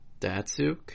Datsuk